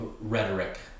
rhetoric